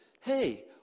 hey